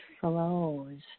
flows